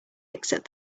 except